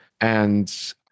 And-